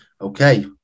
okay